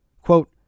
Quote